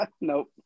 Nope